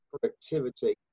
productivity